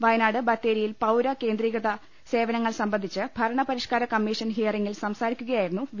വയനാട് ബത്തേരിയിൽ പൌര കേന്ദ്രീ കൃത സേവനങ്ങൾ സംബന്ധിച്ച് ഭരണപരിഷ്കാര കമ്മിഷൻ ഹിയറിങിൽ സംസാരിക്കുകയായിരുന്നു വി